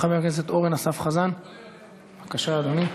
חבר הכנסת אורן אסף חזן, בבקשה, אדוני.